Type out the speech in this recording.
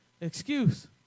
Excuse